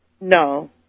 No